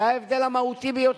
זה ההבדל המהותי ביותר.